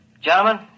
Gentlemen